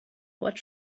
what